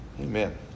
Amen